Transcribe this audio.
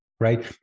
right